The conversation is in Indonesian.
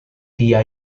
dia